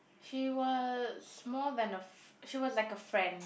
she was more than a f~ she was like a friend